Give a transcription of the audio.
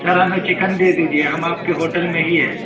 سر ہمیں چکن دے دیجیے ہم آپ کے ہوٹل میں ہی ہیں